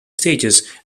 stages